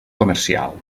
comercial